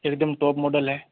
एकदम top model है